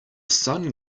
sun